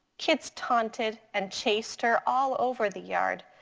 kids taunted and chased her all over the yard.